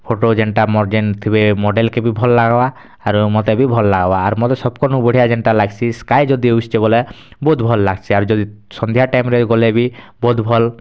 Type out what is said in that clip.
photo ଯେନ୍ଟା ମୋର୍ ଯେନ୍ ଥିବେ ମଡ଼େଲ୍ କେ ବି ଭଲ୍ ଲାଗବା ଆରୁ ମୋତେ ବି ଭଲ୍ ଲାଗବା ଆର୍ ମୋତେ ସବକରନୁ ବଢ଼ିଆ ଯେନ୍ଟା ଲାଗସି ସ୍କାଏ ଯଦି ଆଉସଛେ ବେଲେ ବହୁତ୍ ଭଲ୍ ଲାଗସି ଆର୍ ଯଦି ସନ୍ଧ୍ୟା ଟାଇମ୍ରେ ଗଲେ ବି ବହୁତ୍ ଭଲ୍